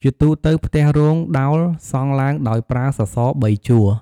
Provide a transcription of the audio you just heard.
ជាទូទៅផ្ទះរោងដោលសង់ឡើងដោយប្រើសសរ៣ជួរ។